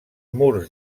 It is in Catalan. murs